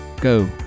go